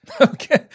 Okay